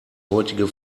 heutige